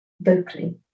Vocally